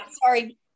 sorry